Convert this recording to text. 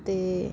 ਅਤੇ